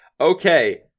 Okay